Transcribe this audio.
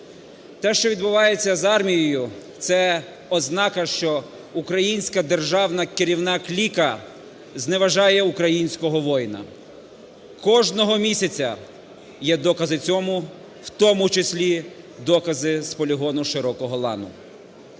Те, що відбувається з армією, - це ознака, що українська державна керівна кліка зневажає українського воїна. Кожного місяця є докази цьому, в тому числі докази з полігону "Широкого лану".